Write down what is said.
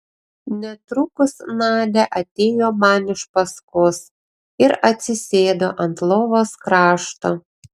netrukus nadia atėjo man iš paskos ir atsisėdo ant lovos krašto